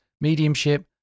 mediumship